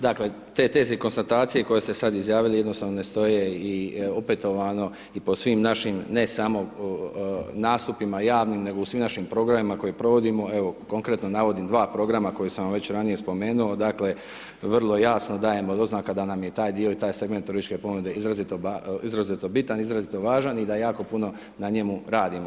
Dakle, te teze i konstatacije koje ste sad izjavili, jednostavno ne stoje, i opetovano i po svim našim, ne samo nastupima javnim, nego u svim našim programima koje provodimo, evo konkretno navodim dva programa koja sam vam već ranije spomenuo, dakle, vrlo jasno dajemo doznaka da nam je taj dio i taj segment turističke ponude izrazito, izrazito bitan, izrazito važan, i da jako puno na njemu radimo.